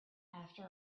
after